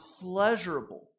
pleasurable